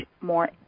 more